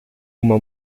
uma